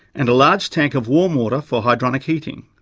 and the large tank of warm water for hydronic heating.